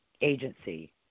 agency